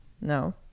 no